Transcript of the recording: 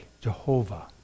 Jehovah